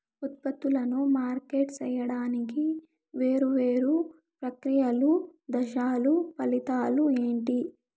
ఉత్పత్తులను మార్కెట్ సేయడానికి వేరువేరు ప్రక్రియలు దశలు ఫలితాలు ఏంటి?